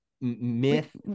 myth